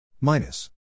minus